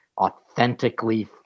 authentically